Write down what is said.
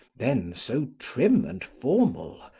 then so trim and formal,